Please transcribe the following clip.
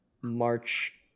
March